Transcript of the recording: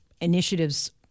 initiatives